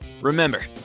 Remember